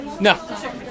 No